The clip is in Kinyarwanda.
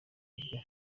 kurya